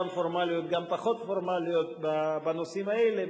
גם פורמליות וגם פחות פורמליות בנושאים האלה,